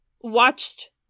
watched